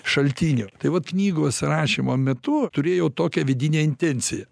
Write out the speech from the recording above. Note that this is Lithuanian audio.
šaltinio tai vat knygos rašymo metu turėjau tokią vidinę intenciją